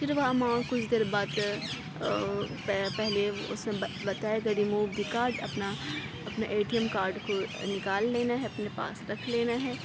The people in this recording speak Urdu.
پھر وہ اماؤنٹ کچھ دیر بعد پہلے اس میں بتائے گا ریموو دی کارڈ اپنا اپنا اے ٹی ایم کارڈ کو نکال لینا ہے اپنے پاس رکھ لینا ہے